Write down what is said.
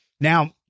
now